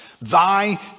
Thy